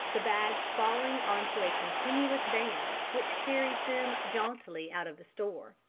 the bags falling on to a continuous band which carries them jauntily out of the store.